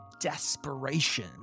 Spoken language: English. desperation